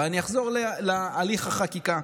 אבל אני אחזור להליך החקיקה.